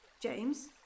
James